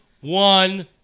one